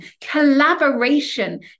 Collaboration